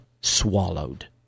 swallowed